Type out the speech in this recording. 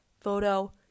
photo